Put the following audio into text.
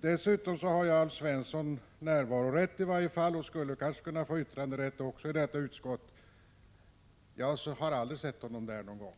Dessutom har Alf Svensson närvarorätt och skulle kanske kunna få yttranderätt i utskottet, men jag har aldrig sett honom där någon gång.